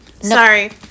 Sorry